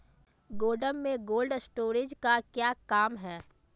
गोडम में cold storage का क्या काम है?